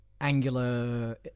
angular